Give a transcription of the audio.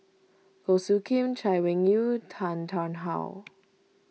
Goh Soo Khim Chay Weng Yew Tan Tarn How